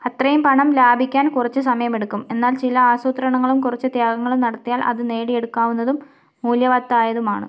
അത്രയും പണം ലാഭിക്കാൻ കുറച്ച് സമയമെടുക്കും എന്നാൽ ചില ആസൂത്രണങ്ങളും കുറച്ച് ത്യാഗങ്ങളും നടത്തിയാൽ അത് നേടിയെടുക്കാവുന്നതും മൂല്യവത്തായതുമാണ്